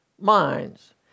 minds